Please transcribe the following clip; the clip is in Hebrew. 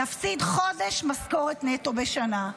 יפסיד חודש משכורת נטו בשנה.